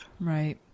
Right